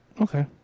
Okay